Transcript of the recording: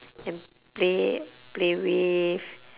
and play play with